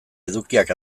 edukiak